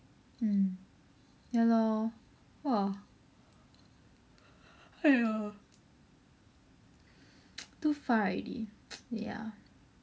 mm ya lor !wah! too far already ya